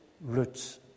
roots